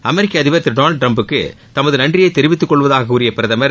அமெரிக்க அதிபர் திரு டொளால்டு டிரம்ப்புக்கு தமது நன்றியை தெரிவித்துக்கொள்வதாக கூறிய பிரதமர்